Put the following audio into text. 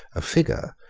a figure,